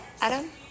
Adam